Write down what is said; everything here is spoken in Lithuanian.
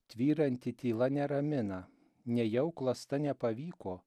tvyranti tyla neramina nejau klasta nepavyko